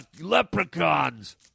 leprechauns